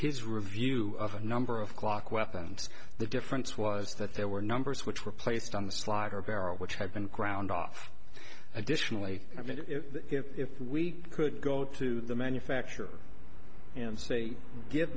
his review of a number of clock weapons the difference was that there were numbers which were placed on the slider barrel which had been ground off additionally i mean if we could go to the manufacturer and say give